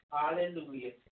Hallelujah